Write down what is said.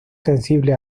sensible